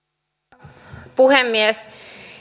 arvoisa puhemies